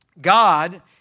God